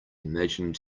imagined